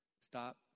Stop